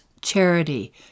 charity